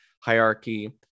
hierarchy